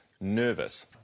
nervous